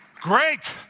Great